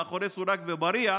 אל מאחורי סורג ובריח,